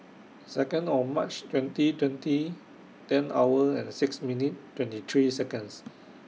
Second O March twenty twenty ten hour and six minutes twenty three Seconds